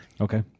Okay